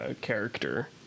Character